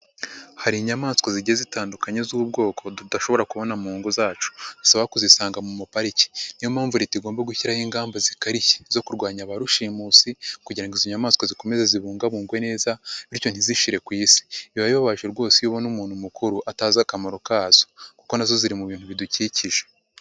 Hari inyamaswa zigiye zitandukanye z'ubwoko tudashobora kubona mu ngo zacu zisaba kuzisanga mu mapariki. Ni yo mpamvu leta igomba gushyiraho ingamba zikarishye zo kurwanya ba rushimusi kugira ngo izo nyamaswa zikomeze zibungabungwe neza bityo ntizishire ku isi. Biba bibabaje rwose iyo ubona umuntu mukuru atazi akamaro kazo kuko na zo ziri mu bintu bidukikije.